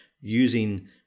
using